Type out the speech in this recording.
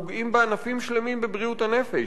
פוגעים בענפים שלמים בבריאות הנפש.